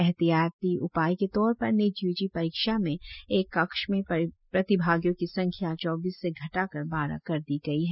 एहतियाती उपाय के तौर पर नीट यूजी परीक्षा में एक कक्ष में प्रतिभागियों की संख्या चौबीस से घटाकर बारह कर दी गयी है